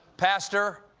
pastor,